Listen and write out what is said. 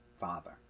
Father